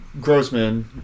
Grossman